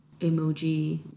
emoji